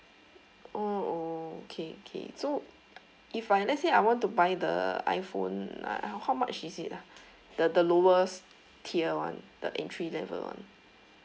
oh oh okay okay so if I let's say I want to buy the iphone like how how much is it ah the the lowest tier one the entry level one